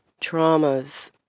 traumas